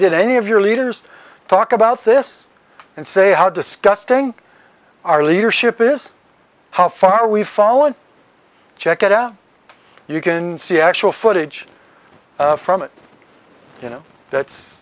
did any of your leaders talk about this and say how disgusting our leadership is how far we've fallen check it out you can see actual footage from it y